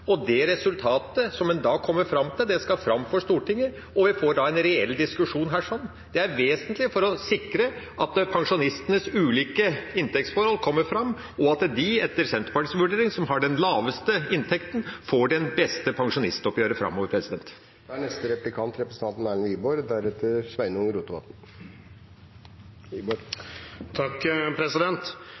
Det er ganske interessant. Det resultatet som en da kommer fram til, skal legges fram for Stortinget, og vi får en reell diskusjon her. Det er vesentlig for å sikre at pensjonistenes ulike inntektsforhold kommer fram, og at de som etter Senterpartiets vurdering har den laveste inntekten, får det beste pensjonsoppgjøret framover. Først: Jeg er helt enig i det siste representanten